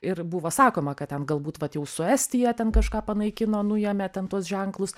ir buvo sakoma kad ten galbūt vat jau su estija ten kažką panaikino nuėmė ten tuos ženklus